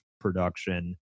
production